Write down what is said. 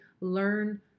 Learn